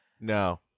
no